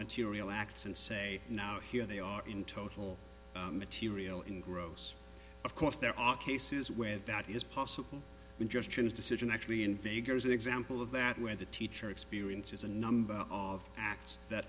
material acts and say now here they are in total material in gross of course there are cases where that is possible and just turns decision actually invader's an example of that where the teacher experiences a number of acts that